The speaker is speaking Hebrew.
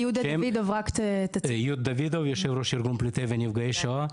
יהודה דוידוב, יושב ראש ארגון פליטי ונפגעי שואה.